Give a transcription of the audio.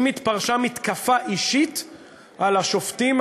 אם התפרשה מתקפה אישית על השופטים,